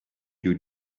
you